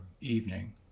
evening